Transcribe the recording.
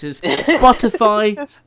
Spotify